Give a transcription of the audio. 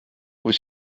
kui